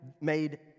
made